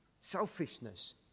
selfishness